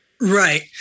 Right